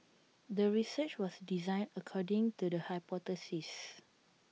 the research was designed according to the hypothesis